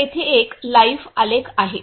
तर येथे एक लाईव्ह आलेख आहे